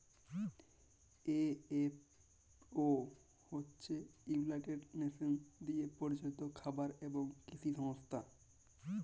FAO হছে united nations দিয়ে পরিচালিত খাবার এবং কিসি সংস্থা